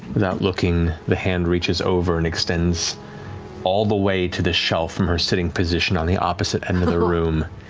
without looking, the hand reaches over and extends all the way to the shelf from her sitting position on the opposite end of the room,